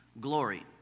glory